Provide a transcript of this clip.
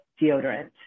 deodorant